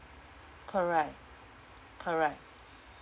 correct correct